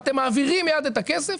ואתם מעבירים מייד את הכסף.